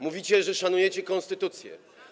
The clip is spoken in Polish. Mówicie, że szanujecie konstytucję.